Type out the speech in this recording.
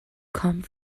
come